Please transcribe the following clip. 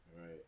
Right